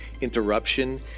interruption